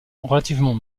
relativement